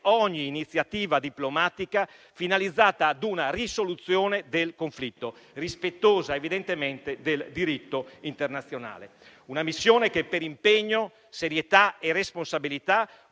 ogni iniziativa diplomatica finalizzata ad una risoluzione del conflitto rispettosa evidentemente del diritto internazionale. Una missione che per impegno, serietà e responsabilità